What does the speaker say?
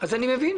אז אני מבין,